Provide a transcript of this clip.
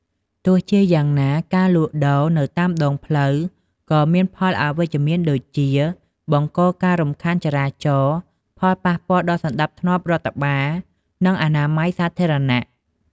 ទោះជាយ៉ាងណា ការលក់ដូរនៅតាមដងផ្លូវក៏មានផលអវិជ្ជមានដូចជា បង្កការរំខានចរាចរណ៍ ផលប៉ះពាល់ដល់សណ្តាប់ធ្នាប់រដ្ឋបាល និងអនាម័យសាធារណៈ។